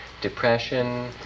depression